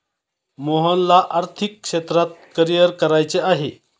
मोहनला आर्थिक क्षेत्रात करिअर करायचे आहे